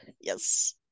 Yes